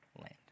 land